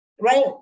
right